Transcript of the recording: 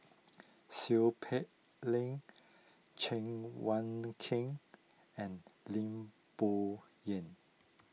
Seow Peck Leng Cheng Wai Keung and Lim Bo Yam